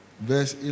verse